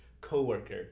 coworker